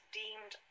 deemed